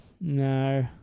no